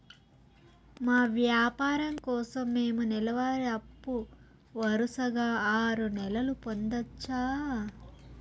మా వ్యాపారం కోసం మేము నెల వారి అప్పు వరుసగా ఆరు నెలలు పొందొచ్చా?